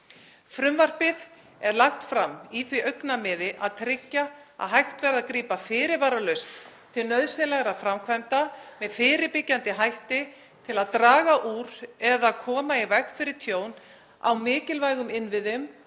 Frumvarpið er lagt fram í því augnamiði að tryggja að hægt verði að grípa fyrirvaralaust til nauðsynlegra framkvæmda með fyrirbyggjandi hætti til að draga úr eða koma í veg fyrir tjón á mikilvægum innviðum